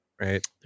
right